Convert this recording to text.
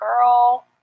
girl